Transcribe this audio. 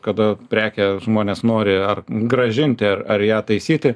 kada prekę žmonės nori ar grąžinti ar ar ją taisyti